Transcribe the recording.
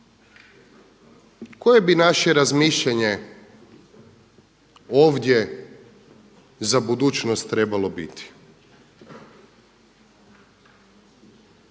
Koje bi naše razmišljanje ovdje za budućnost trebalo biti?